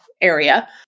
area